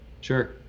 Sure